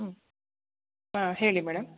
ಹ್ಞೂ ಹಾಂ ಹೇಳಿ ಮೇಡಮ್